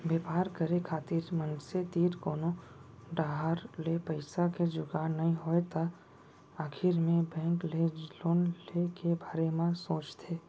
बेपार करे खातिर मनसे तीर कोनो डाहर ले पइसा के जुगाड़ नइ होय तै आखिर मे बेंक ले लोन ले के बारे म सोचथें